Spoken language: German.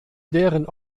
deren